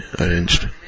arranged